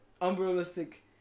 unrealistic